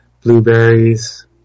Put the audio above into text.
blueberries